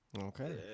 okay